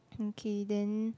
okay then